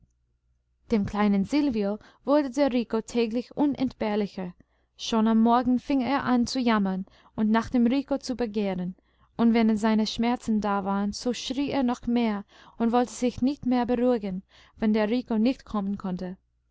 dem kleinen silvio wurde der rico täglich unentbehrlicher schon am morgen fing er an zu jammern und nach dem rico zu begehren und wenn seine schmerzen da waren so schrie er noch mehr und wollte sich nicht mehr beruhigen wenn der rico nicht kommen konnte